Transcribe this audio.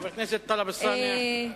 חבר הכנסת טלב אלסאנע,